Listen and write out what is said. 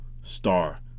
star